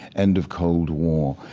end of cold war.